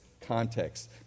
context